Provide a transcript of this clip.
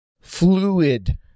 fluid